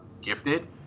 gifted